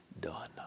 done